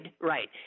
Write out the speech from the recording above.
Right